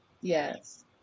Yes